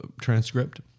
transcript